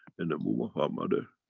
and um womb of our mother,